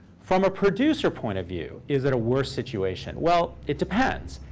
from a producer point of view, is it a worse situation? well, it depends.